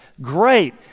great